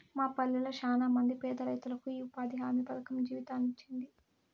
మా పల్లెళ్ళ శానమంది పేదరైతులకు ఈ ఉపాధి హామీ పథకం జీవితాన్నిచ్చినాది